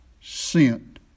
sent